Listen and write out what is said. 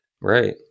Right